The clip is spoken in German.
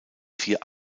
vier